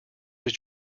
was